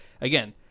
again